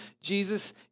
Jesus